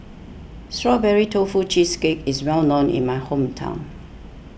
Strawberry Tofu Cheesecake is well known in my hometown